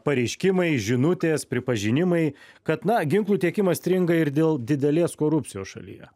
pareiškimai žinutės pripažinimai kad na ginklų tiekimas stringa ir dėl didelės korupcijos šalyje